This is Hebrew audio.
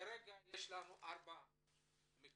כרגע יש לנו ארבעה מקרים